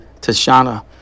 Tashana